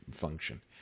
function